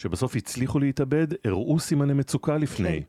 שבסוף הצליחו להתאבד, הראו סימני מצוקה לפני.